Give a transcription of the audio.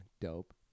dope